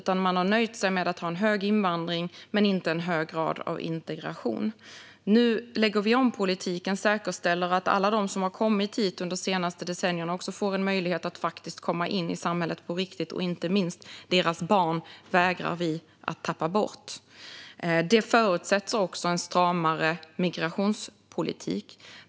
Man har nöjt sig med att ha en hög invandring utan en hög grad av integration. Nu lägger vi om politiken och säkerställer att alla de som har kommit hit de senaste decennierna också får en möjlighet att faktiskt komma in i samhället på riktigt. Inte minst deras barn vägrar vi att tappa bort. Detta förutsätter också en stramare migrationspolitik.